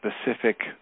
specific